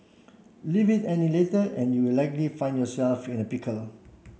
leave it any later and you will likely find yourself in a pickle